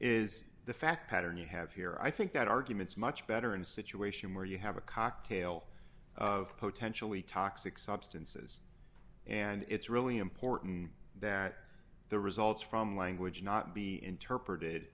is the fact pattern you have here i think that argument's much better in a situation where you have a cocktail of potentially toxic substances and it's really important that the results from language not be interpreted